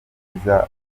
akagira